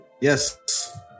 Yes